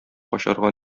качарга